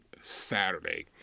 Saturday